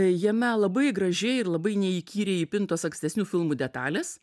jame labai gražiai ir labai neįkyriai įpintos ankstesnių filmų detalės